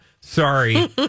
sorry